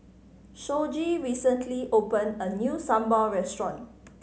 Shoji recently opened a new sambal restaurant